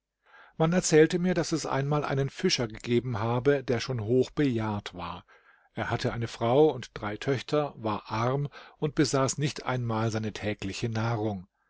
man erzählte mir daß es einmal einen fischer gegeben habe der schon hoch bejahrt war er hatte eine frau und drei töchter war arm und besaß nicht einmal seine tägliche nahrung